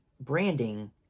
branding